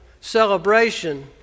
celebration